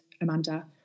Amanda